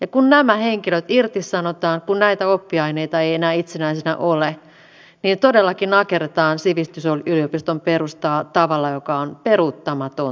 ja kun nämä henkilöt irtisanotaan kun näitä oppiaineita ei enää itsenäisinä ole niin todellakin nakerretaan sivistysyliopiston perustaa tavalla joka on peruuttamaton